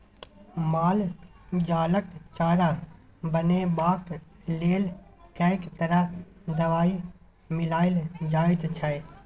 माल जालक चारा बनेबाक लेल कैक तरह दवाई मिलाएल जाइत छै